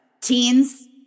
teens